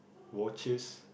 watches